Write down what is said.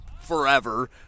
forever